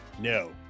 No